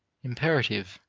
imperative.